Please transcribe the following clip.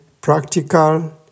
practical